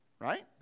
right